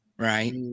Right